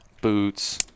boots